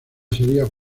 sería